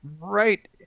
right